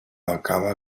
acaba